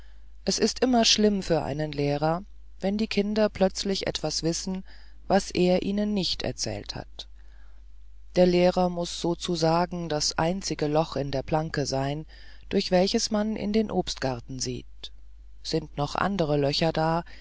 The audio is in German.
es ist immer schlimm für einen lehrer wenn die kinder plötzlich etwas wissen was er ihnen nicht erzählt hat der lehrer muß sozusagen das einzige loch in der planke sein durch welches man in den obstgarten sieht sind noch andere löcher da